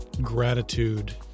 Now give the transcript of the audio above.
gratitude